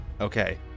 okay